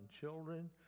children